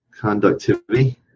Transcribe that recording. conductivity